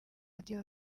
radio